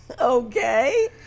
Okay